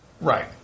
Right